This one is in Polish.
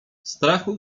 strachu